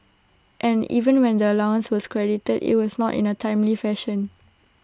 and even when the allowance was credited IT was not in A timely fashion